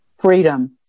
Freedom